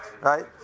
right